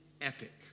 epic